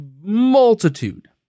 multitude